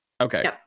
Okay